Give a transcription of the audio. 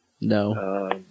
No